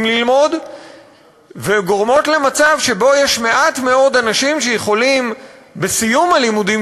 ללמוד וגורמות למצב שיש מעט מאוד אנשים שיכולים בסיום הלימודים